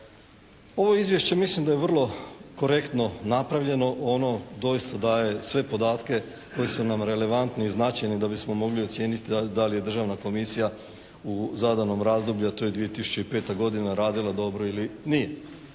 Ovo izvješće mislim da je vrlo korektno napravljeno, ono doista daje sve podatke koji su nam relevantni i značajni da bismo mogli ocijeniti da li Državna komisija u zadanom razdoblju, a to je 2005. radila dobro ili nije.